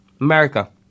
America